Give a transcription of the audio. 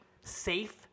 safe